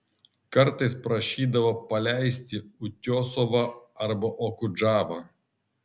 kartais prašydavo paleisti utiosovą arba okudžavą